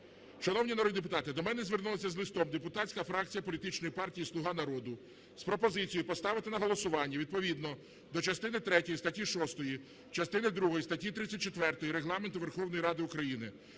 Шановні народні депутати, до мене звернулася з листом депутатська фракція політичної партії "Слуга народу" з пропозицією поставити на голосування відповідно до частини третьої статті 6, частини другої статті 34 Регламенту Верховної Ради України